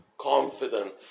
confidence